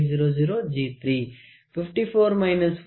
000 4